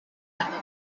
dado